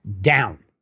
down